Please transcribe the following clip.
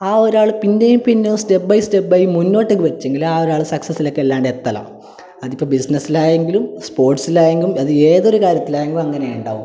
ആ ഒരാൾ പിന്നെയും പിന്നെയും സ്റ്റെപ്പ് ബൈ സ്റ്റെപ്പ് ബൈ മുന്നോട്ടേയ്ക്ക് വച്ചെങ്കിൽ ആ ഒരാൾ സക്സസ്സിലേക്കല്ലാണ്ട് എത്തില്ലല്ലോ അതിപ്പം ബിസിനസ്സിലായെങ്കിലും സ്പോർട്സിലായെങ്കിലും അത് ഏതൊരു കാര്യത്തിലായെങ്കിലും അങ്ങനെയേ ഉണ്ടാവു